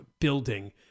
building